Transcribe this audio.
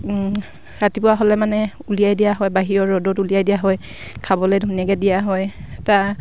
ৰাতিপুৱা হ'লে মানে উলিয়াই দিয়া হয় বাহিৰৰ ৰ'দত উলিয়াই দিয়া হয় খাবলৈ ধুনীয়াকৈ দিয়া হয় তাৰ